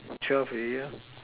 twelve